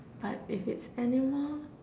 but if its animal